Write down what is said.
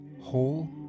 whole